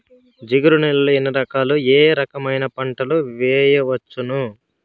జిగురు నేలలు ఎన్ని రకాలు ఏ రకమైన పంటలు వేయవచ్చును?